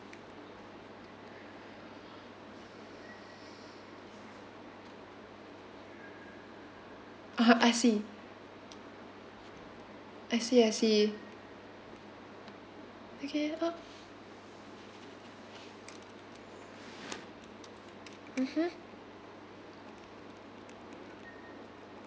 ah I see I see I see okay uh mmhmm